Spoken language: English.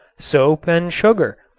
soap and sugar.